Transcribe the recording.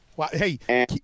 Hey